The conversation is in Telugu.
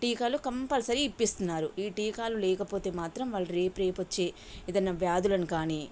టీకాలు కంపల్సరీ ఇప్పిస్తున్నారు ఈ టీకాలు లేకపోతే మాత్రం వాళ్ళు రేప రేపొచ్చే ఏదైనా వ్యాధులను కానీ